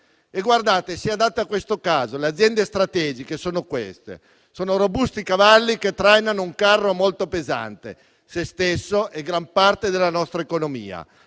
frase si adatta a questo caso. Le aziende strategiche sono infatti robusti cavalli che trainano un carro molto pesante, se stesso e gran parte della nostra economia.